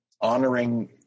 honoring